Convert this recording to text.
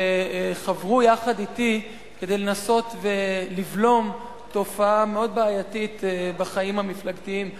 וחברו יחד אתי כדי לנסות לבלום תופעה מאוד בעייתית בחיים המפלגתיים,